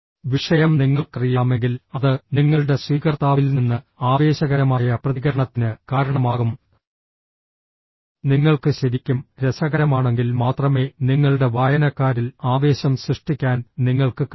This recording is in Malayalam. വിഷയം നിങ്ങൾക്കറിയാമെങ്കിൽ അത് നിങ്ങളുടെ സ്വീകർത്താവിൽ നിന്ന് ആവേശകരമായ പ്രതികരണത്തിന് കാരണമാകും നിങ്ങൾക്ക് ശരിക്കും രസകരമാണെങ്കിൽ മാത്രമേ നിങ്ങളുടെ വായനക്കാരിൽ ആവേശം സൃഷ്ടിക്കാൻ നിങ്ങൾക്ക് കഴിയൂ